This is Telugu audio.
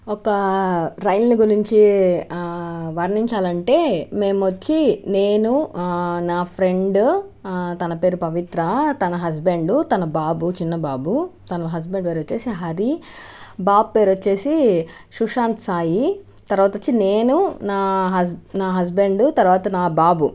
ఒక రైలు గురించి వర్ణించాలంటే మేము వచ్చి నేను నా ఫ్రెండ్ తన పేరు పవిత్ర తన హస్బెండ్ తన బాబు చిన్న బాబు తన హస్బెండ్ పేరు వచ్చేసి హరి బాబు పేరు వచ్చేసి సుశాంత్ సాయి తర్వాత వచ్చి నేను నా హస్బెండ్ తర్వాత నా బాబు